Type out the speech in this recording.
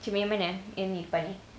cermin yang mana cermin yang ni yang depan ni